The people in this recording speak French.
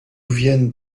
viennent